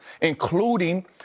including